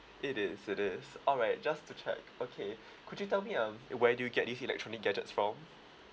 it is it is alright just to check okay could you tell me um where do you get this electronic gadgets from